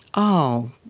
oh,